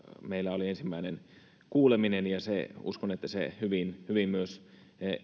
meillä oli ensimmäinen kuuleminen ja uskon että se hyvin hyvin myös